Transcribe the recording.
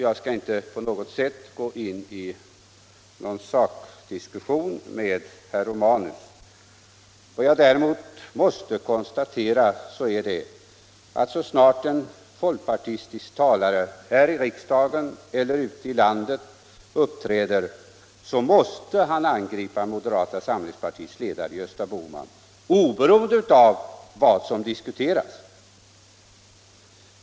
Jag skall inte på något sätt gå in i sakdiskussion med herr Romanus. Vad jag däremot måste konstatera är att så snart en folkpartistisk talare här i riksdagen eller ute i landet uppträder måste han tydligen angripa moderata samlingspartiets ledare Gösta Bohman, oberoende av vad som diskuteras!